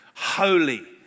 holy